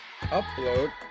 upload